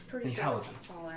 Intelligence